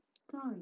Sorry